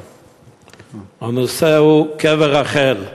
הנושא הוא קבר רחל.